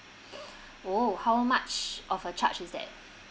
oh how much of a charge is that